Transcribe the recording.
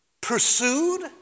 pursued